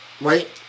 Right